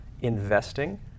investing